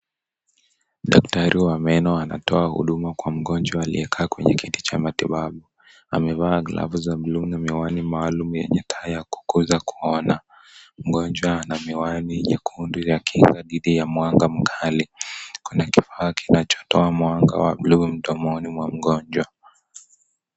Daktari wa meno anatoa huduma kwa mgonjwa aliyekaa kwenye kiti cha matibabu. Amevaa glavu za bluu na miwani maalum yenye taa ya kukoza kuona. Mgonjwa ana miwani nyekundu ya kinga dhidi ya mwanga mkali. Kuna kifaa kinachotoa mwanga wa bluu mdomoni mwa mgonjwa.